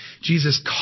Jesus